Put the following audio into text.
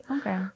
Okay